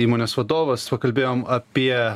įmonės vadovas pakalbėjom apie